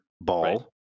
ball